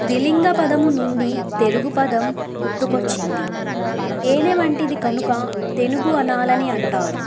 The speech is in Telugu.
తథ్రిలింగ పదము నుండి తెలుగు పదం పుట్టుకొచ్చింది ఏనే వంటిది కనుక తెలుగు అనాలని అంటారు